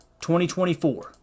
2024